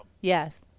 yes